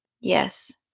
Yes